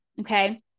Okay